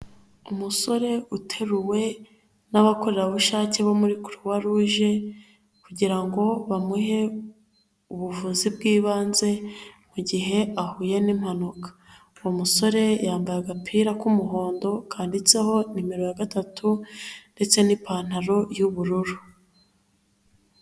Umusore uteruwe n'abakorerabushake bo muri Kuruwaruje kugira ngo bamuhe ubuvuzi bw'ibanze gihe ahuye n'impanuka, uwo umusore yambaye agapira k'umuhondo kanditseho nimero ya gatatu ndetse n'ipantaro y'ubururu.